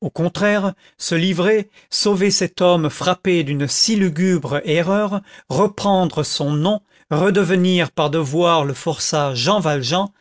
au contraire se livrer sauver cet homme frappé d'une si lugubre erreur reprendre son nom redevenir par devoir le forçat jean valjean